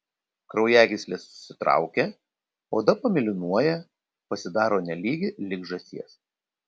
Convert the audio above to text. kraujagyslės susitraukia oda pamėlynuoja pasidaro nelygi lyg žąsies